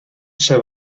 zij